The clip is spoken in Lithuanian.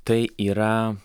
tai yra